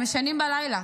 הם ישנים בלילה,